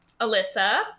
Alyssa